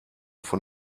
von